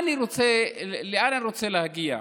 לאן אני רוצה להגיע?